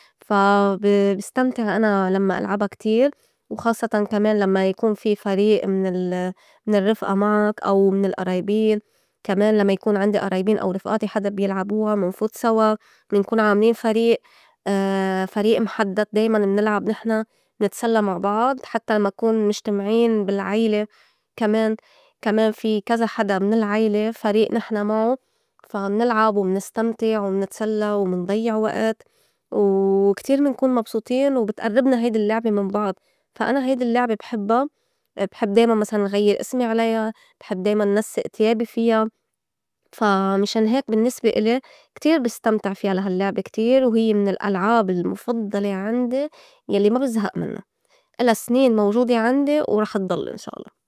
فا ب- بستمتع أنا لمّا العبا كتير وخاصّتاً كمان لمّاً يكون في فريق من- ال- من الرّفقة معك أو من القرايبين كمان لمّا يكون عندي أرايبين أو رفقاتي حدا بيلعبوا منفوت سوا منكون عاملين فريق فريق محدّد دايماً منلعب نحن منتسلّى مع بعض حتّى لمّا نكون مجتمعين بالعيلة كمان- كمان في كزا حدا من العيلة فريق نحن معو فا منلعب ومنستمتع ومنتسلّى ومنضيّع وقت وكتير منكون مبسوطين وبتقرّبنا هيدي اللّعبة من بعض فا أنا هيدي اللّعبة بحبّا بحب دايماً مسلاً غيّر إسمي عليا، بحب دايماً نسّئ تيابي فيا، فا مشان هيك بالنّسبة إلي كتير بستمتع فيا لا هال لّعبة كتير وهيّ من الألعاب المُفضّلة عندي يلّي ما بزهق منّا إلا سنين موجودة عندي ورح ضل إن شا الله.